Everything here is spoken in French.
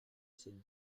cette